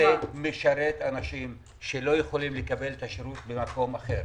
משרת אנשים שלא יכולים לקבל את השירות במקום אחר.